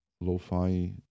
lo-fi